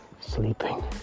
sleeping